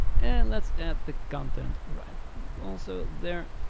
and let's add the content right also there.